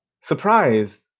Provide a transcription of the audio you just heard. surprised